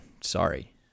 sorry